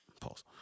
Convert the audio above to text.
Pause